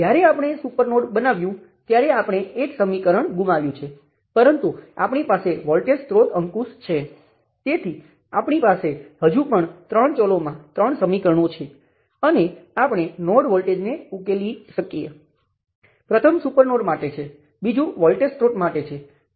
તેથી આ મારી પાસે છે પણ આ પર્યાપ્ત નથી કારણ કે મારે આ વોલ્ટેજ ડ્રોપ પણ લેવો પડશે જે Rm × Ix છે